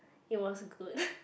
it was good